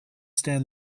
stand